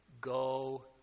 go